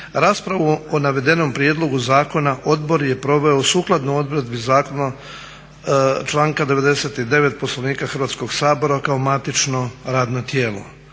Raspravu o navedenom prijedlogu zakona odbor je proveo sukladno odredbi zakona članka 99. Poslovnika Hrvatskog sabora kao matično radno tijelo.